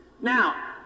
now